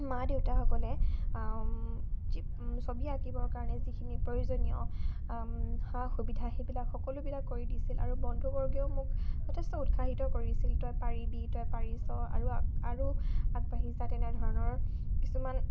মা দেউতাসকলে ছবি আঁকিবৰ কাৰণে যিখিনি প্ৰয়োজনীয় সা সুবিধা সেইবিলাক সকলোবিলাক কৰি দিছিল আৰু বন্ধুবৰ্গেও মোক যথেষ্ট উৎসাহিত কৰিছিল তই পাৰিবি তই পাৰিছ আৰু আৰু আগবাঢ়ি যা তেনেধৰণৰ কিছুমান